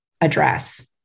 address